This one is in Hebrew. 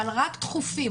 אבל רק דחופים,